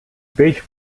peix